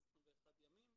ל-21 ימים,